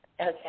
Okay